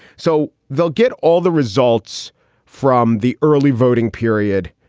so they'll get all the results from the early voting period.